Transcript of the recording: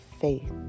Faith